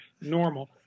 normal